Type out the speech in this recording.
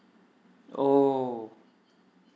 oh